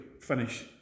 finish